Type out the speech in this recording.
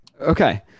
Okay